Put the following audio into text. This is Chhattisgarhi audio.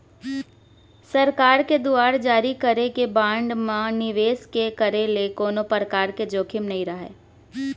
सरकार के दुवार जारी करे गे बांड म निवेस के करे ले कोनो परकार के जोखिम नइ राहय